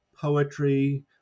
poetry